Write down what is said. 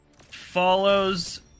follows